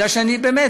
מפני שאני באמת,